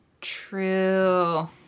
true